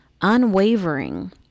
unwavering